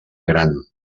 gran